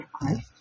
Christ